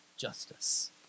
Justice